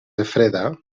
refreda